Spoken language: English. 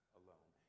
alone